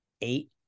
eight